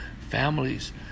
families